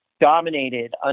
dominated